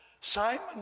Simon